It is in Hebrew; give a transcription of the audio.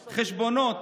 חשבונות?